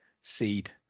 seed